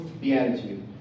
beatitude